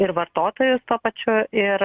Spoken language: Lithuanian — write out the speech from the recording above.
ir vartotojus tuo pačiu ir